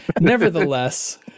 nevertheless